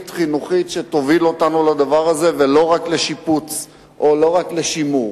חינוכית שתוביל אותנו לדבר הזה ולא רק לשיפוץ או לא רק לשימור?